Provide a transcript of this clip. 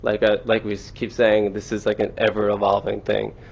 like ah like we keep saying, this is, like, an ever-evolving thing.